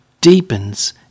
deepens